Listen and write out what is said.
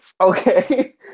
Okay